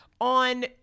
On